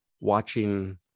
watching